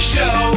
Show